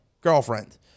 girlfriend